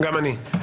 גם אני.